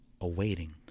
awaiting